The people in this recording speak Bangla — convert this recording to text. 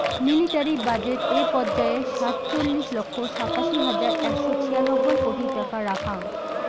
মিলিটারি বাজেট এ পর্যায়ে সাতচল্লিশ লক্ষ সাতাশি হাজার একশো ছিয়ানব্বই কোটি টাকা রাখ্যাং